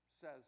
says